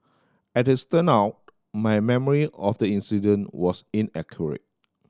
as it turned out my memory of the incident was inaccurate